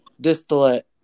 distillate